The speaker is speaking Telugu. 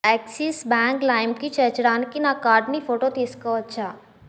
యాక్సిస్ బ్యాంక్ లైమ్కి చేర్చడానికి నా కార్డ్ని ఫోటో తీసుకోవచ్చా